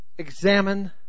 examine